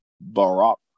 Barak